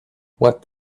what